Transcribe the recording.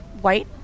white